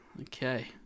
okay